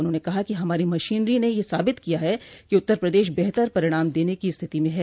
उन्होंने कहा कि हमारी मशीनरी ने यह साबित किया है कि उत्तर प्रदेश बेहतर परिणाम देने की स्थिति में है